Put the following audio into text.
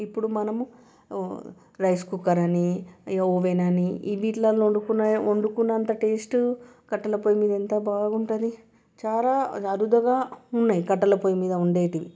ఇప్పుడు మనము rice cooker అని ఇక ఓవెన్ అని ఇవి వీటిలో వండుకునే వండుకునేంత టేస్ట్ కట్టెల పొయ్యి మీద ఎంత బాగుంటుంది చాలా అరుదుగా ఉన్నాయి కట్టెల పొయ్యి మీద వండేవి